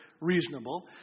reasonable